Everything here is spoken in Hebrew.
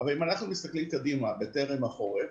אבל אם אנחנו מסתכלים קדימה בטרם החורף,